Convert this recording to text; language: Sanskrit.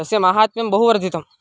तस्य महात्म्यं बहुवर्धितं